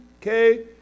Okay